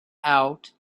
out